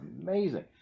amazing